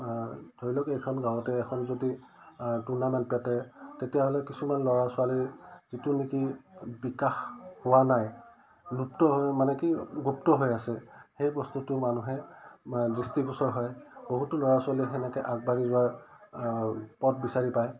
ধৰি লওক এইখন গাঁৱতে এখন যদি টুৰ্নামেণ্ট পাতে তেতিয়াহ'লে কিছুমান ল'ৰা ছোৱালীৰ যিটো নেকি বিকাশ হোৱা নাই লুপ্ত হৈ মানে কি গুপ্ত হৈ আছে সেই বস্তুটো মানুহে দৃষ্টিগোচৰ হয় বহুতো ল'ৰা ছোৱালীয়ে তেনেকৈ আগবাঢ়ি যোৱাৰ পথ বিচাৰি পায়